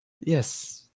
Yes